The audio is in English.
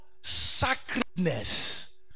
sacredness